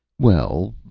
well,